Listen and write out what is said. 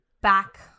Back